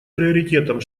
приоритетом